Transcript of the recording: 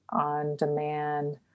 on-demand